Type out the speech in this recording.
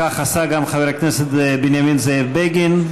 כך עשה גם חבר הכנסת בנימין זאב בגין,